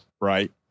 right